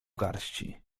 garści